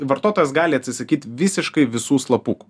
vartotojas gali atsisakyt visiškai visų slapukų